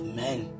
men